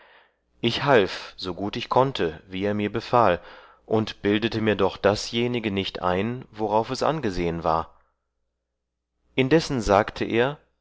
ich half so gut ich konnte wie er mir befahl und bildete mir doch dasjenige nicht ein worauf es angesehen war indessen sagte er